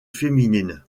féminine